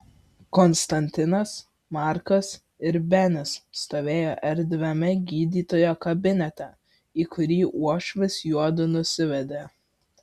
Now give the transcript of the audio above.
konstantinas markas ir benis stovėjo erdviame gydytojo kabinete į kurį uošvis juodu nusivedė